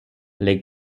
lake